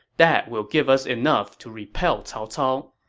that will give us enough to repel cao cao.